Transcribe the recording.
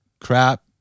crap